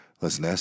listen